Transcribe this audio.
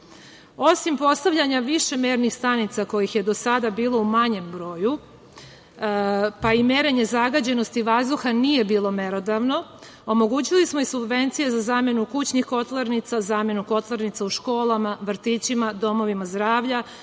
postavljanja više mernih stanica kojih je do sada bilo u manjem broju, pa i merenje zagađenosti vazduha nije bilo merodavno, omogućili smo i subvencije za zamenu kućnih kotlarnica, zamenu kotlarnica u školama, vrtićima, domovima zdravlja